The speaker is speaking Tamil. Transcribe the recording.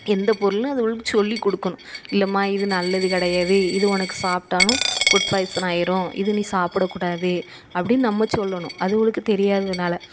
எந்த பொருள்னு அதுகளுக்கு சொல்லி கொடுக்கணும் இல்லைம்மா இது நல்லது கிடையாது இது உனக்கு சாப்பிட்டாலும் ஃபுட் பாய்சன் ஆகிரும் இது நீ சாப்பிடக்கூடாது அப்படின்னு நம்ம சொல்லணும் அதுகளுக்கு தெரியாததினால